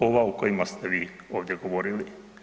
Nova o kojima ste vi ovdje govorili.